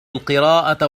القراءة